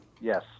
Yes